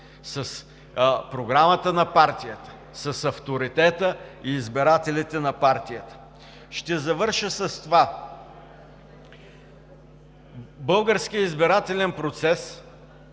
с програмата на партията, с авторитета и избирателите на партията. Ще завърша с това: българският избирателен процес